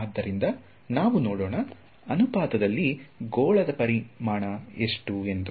ಆದ್ದರಿಂದ ನಾವು ನೋಡೋಣ ಅನುಪಾತದಲ್ಲಿ ಗೋಳದ ಪರಿಮಾಣ ಎಷ್ಟು ಎಂದು